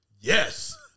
Yes